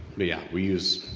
yeah we use,